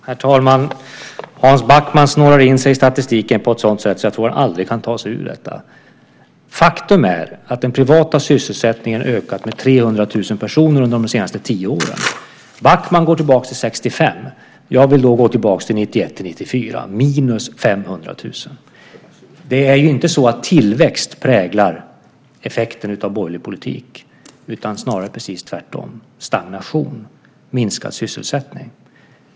Herr talman! Hans Backman snårar in sig i statistiken på ett sådant sätt att jag tror att han aldrig kan ta sig ur den. Faktum är att den privata sysselsättningen har ökat med 300 000 personer under de senaste tio åren. Backman går tillbaks till 1965. Jag vill då gå tillbaks till 1991-1994 - minus 500 000! Det är inte tillväxt som är effekten av borgerlig politik utan, precis tvärtom, stagnation och minskad sysselsättning.